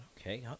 Okay